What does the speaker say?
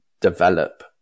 develop